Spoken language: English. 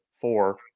four